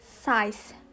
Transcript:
size